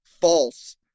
false